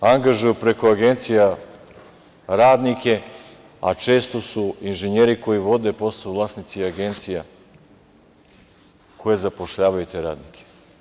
Angažuju preko agencija radnike, a često su inženjeri koji vode taj posao vlasnici agencija koje zapošljavaju te radnike.